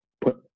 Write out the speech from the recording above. put